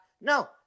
No